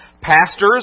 Pastors